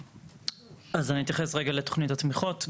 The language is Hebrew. אתייחס לתוכנית התמיכות.